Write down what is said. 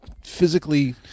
physically